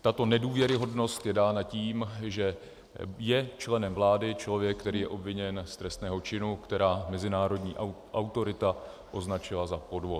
Tato nedůvěryhodnost je dána tím, že je členem vlády člověk, který je obviněn z trestného činu, který mezinárodní autorita označila za podvod.